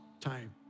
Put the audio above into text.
time